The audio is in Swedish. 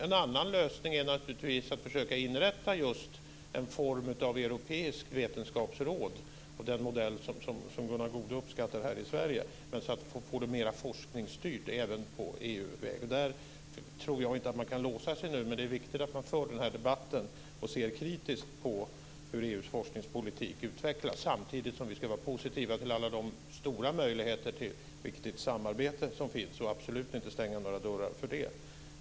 En annan lösning är att försöka inrätta en form av europeiskt vetenskapsråd - den modell som Gunnar Goude uppskattar här i Sverige - och få det mer forskningsstyrt även på EU-väg. Där kan man nu inte låsa sig. Det är viktigt att man för debatten och ser kritiskt på hur EU:s forskningspolitik utvecklas. Samtidigt ska vi vara positiva till alla de stora möjligheter till viktigt samarbete som finns och absolut inte stänga några dörrar för det.